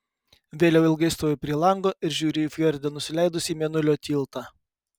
vėliau ilgai stoviu prie lango ir žiūriu į fjorde nusileidusį mėnulio tiltą